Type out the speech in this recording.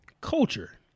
Culture